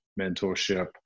mentorship